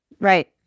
Right